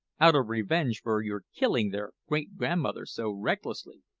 out of revenge for your killing their great-grandmother so recklessly.